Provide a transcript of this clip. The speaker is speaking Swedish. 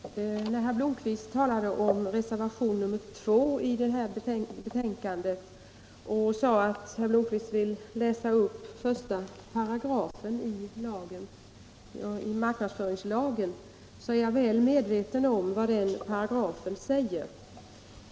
Herr talman! Herr Blomkvist talade om reservationen 2 vid betänkandet nr 14 och sade att han ville läsa upp 1 § i marknadsföringslagen. Jag är väl medveten om vad den paragrafen säger.